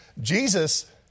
Jesus